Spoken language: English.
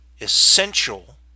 essential